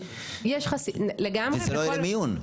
וזה לא למיון.